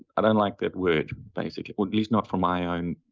i don't like that word, basically or at least not for my own,